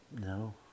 no